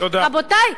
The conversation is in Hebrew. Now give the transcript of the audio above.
רבותי,